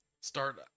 start